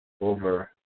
over